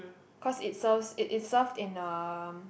cause it serves it is serve in a